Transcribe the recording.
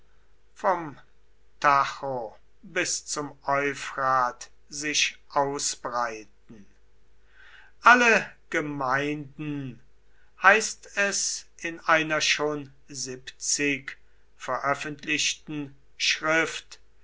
vom tajo bis zum euphrat sich ausbreiten alle gemeinden heißt es in einer schon veröffentlichten schrift